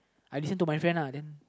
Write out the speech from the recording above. I listen to my friend lah